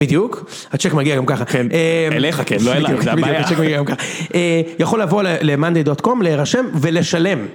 בדיוק, הצ'ק מגיע גם ככה חן, יכול לבוא ל-monday.com להירשם ולשלם.